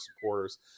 supporters